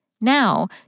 Now